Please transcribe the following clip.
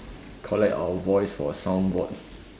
collect our voice for soundboard